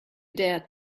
dared